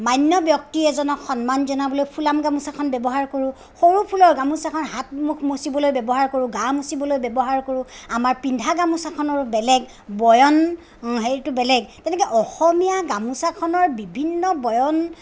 মান্য ব্যক্তি এজনক সন্মান জনাবলৈ ফুলাম গামোচাখন ব্যৱহাৰ কৰোঁ সৰু ফুলৰ গামোচাখন হাত মুখ মুছিবলৈ ব্যৱহাৰ কৰোঁ গা মুছিবলৈ ব্য়ৱহাৰ কৰোঁ আমাৰ পিন্ধা গামোচাখনো বেলেগ বয়ন হেৰিটো বেলেগ গতিকে অসমীয়া গামোচাখনৰ বিভিন্ন বয়ন